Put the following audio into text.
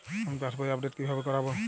আমি পাসবই আপডেট কিভাবে করাব?